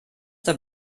der